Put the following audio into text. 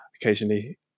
occasionally